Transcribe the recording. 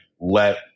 let